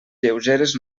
lleugeres